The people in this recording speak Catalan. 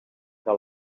que